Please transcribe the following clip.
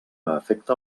afecta